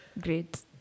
Great